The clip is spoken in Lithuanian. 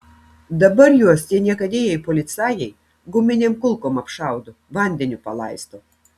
dabar juos tie niekadėjai policajai guminėm kulkom apšaudo vandeniu palaisto